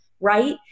right